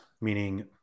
meaning